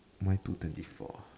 mine two twenty four